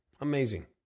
Amazing